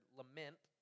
lament